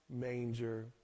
manger